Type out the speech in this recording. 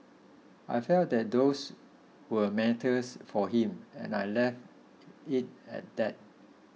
I felt that those were matters for him and I left it at that